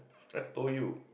I pull you